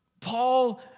Paul